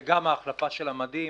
גם ההחלפה של המדים.